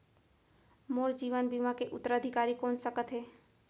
मोर जीवन बीमा के उत्तराधिकारी कोन सकत हे?